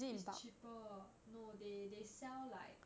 it's cheaper no they they sell like